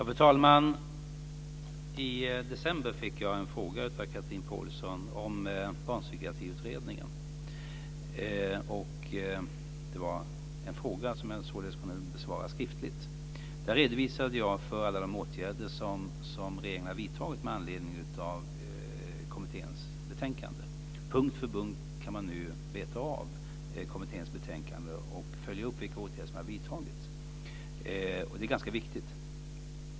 Fru talman! I december fick jag en fråga av Chatrine Pålsson om Barnpsykiatriutredningen, och det var en fråga som jag således kunde besvara skriftligt. Där redovisade jag alla de åtgärder som regeringen har vidtagit med anledning av kommitténs betänkande. Punkt för punkt kan man nu beta av kommitténs betänkande och följa upp vilka åtgärder som har vidtagits. Det är ganska viktigt.